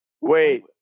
Wait